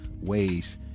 ways